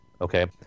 Okay